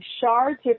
shards